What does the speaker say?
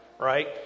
right